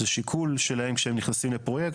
זה שיקול שלהם כשהם נכנסים לפרויקט.